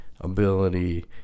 ability